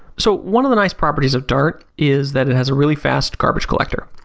so one of the nice properties of dart is that it has a really fast garbage collector,